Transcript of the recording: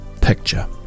picture